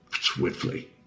swiftly